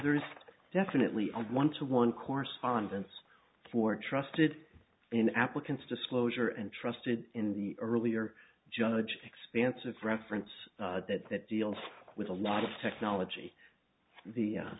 there is definitely of one to one correspondence for trusted an applicant's disclosure and trusted in the earlier judged expanse of reference that that deals with a lot of technology the